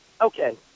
Okay